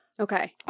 Okay